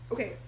Okay